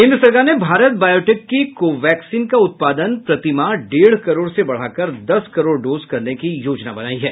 केन्द्र सरकार ने भारत बायोटेक की कोवैक्सीन का उत्पादन प्रतिमाह डेढ़ करोड़ से बढ़ाकर दस करोड़ डोज करने की योजना बनाई है